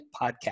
podcast